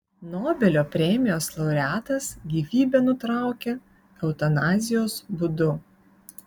nobelio premijos laureatas gyvybę nutraukė eutanazijos būdu